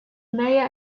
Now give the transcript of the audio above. mayor